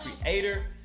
creator